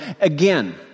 again